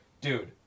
dude